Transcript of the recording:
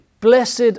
Blessed